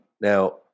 Now